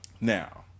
Now